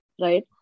right